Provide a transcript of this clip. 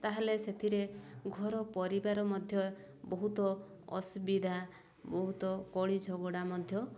ତାହେଲେ ସେଥିରେ ଘର ପରିବାର ମଧ୍ୟ ବହୁତ ଅସୁବିଧା ବହୁତ କଳି ଝଗଡ଼ା ମଧ୍ୟ